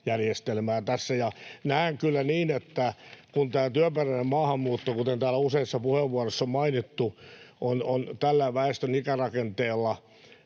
Näen kyllä niin, että kun tämä työperäinen maahanmuutto, kuten täällä useissa puheenvuoroissa on mainittu, on tällä väestön ikärakenteella